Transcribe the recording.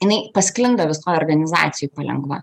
jinai pasklinda visoj organizacijoj palengva